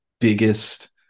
biggest